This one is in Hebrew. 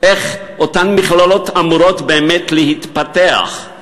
איך אותן מכללות אמורות באמת להתפתח?